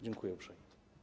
Dziękuję uprzejmie.